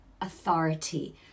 authority